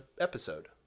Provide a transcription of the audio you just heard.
episode